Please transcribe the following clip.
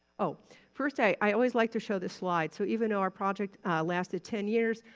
oh first, i always like to show this slide. so even though our project lasted ten years,